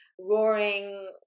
roaring